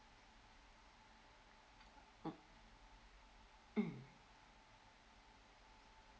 mm